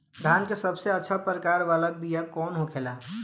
धान के सबसे अच्छा प्रकार वाला बीया कौन होखेला?